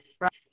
right